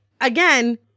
again